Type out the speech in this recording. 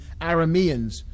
Arameans